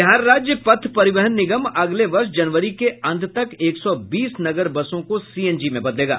बिहार राज्य पथ परिवहन निगम अगले वर्ष जनवरी के अंत तक एक सौ बीस नगर बसों को सीएनजी में बदलेगा